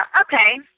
Okay